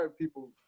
people